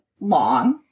long